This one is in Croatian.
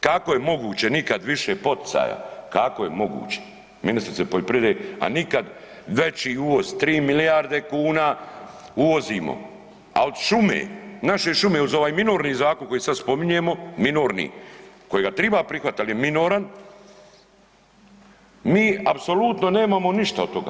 Kako je moguće nikad više poticaja, kako je moguće ministrice poljoprivrede, a nikad veći uvoz, 3 milijarde kuna uvozima, a od šume, naše šume uz ovaj minorni zakon koji sad spominjemo, minorni kojega treba prihvatiti, ali je minoran, mi apsolutno nemamo ništa od toga.